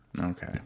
okay